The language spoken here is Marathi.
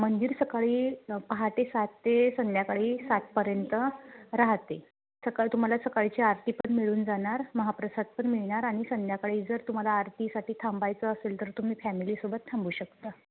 मंदिर सकाळी पहाटे सात ते संध्याकाळी सातपर्यंत राहाते सकाळी तुम्हाला सकाळची आरती पण मिळून जाणार महाप्रसाद पण मिळणार आणि संध्याकाळी जर तुम्हाला आरतीसाठी थांबायचं असेल तर तुम्ही फॅमिलीसोबत थांबू शकता